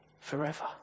forever